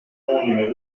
l’amendement